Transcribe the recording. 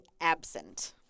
absent